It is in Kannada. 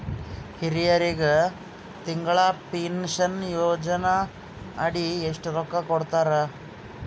ಹಿರಿಯರಗ ತಿಂಗಳ ಪೀನಷನಯೋಜನ ಅಡಿ ಎಷ್ಟ ರೊಕ್ಕ ಕೊಡತಾರ?